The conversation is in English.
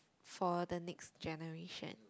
for the next generation